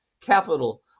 capital